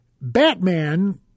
Batman